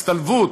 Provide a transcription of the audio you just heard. הצטלבות,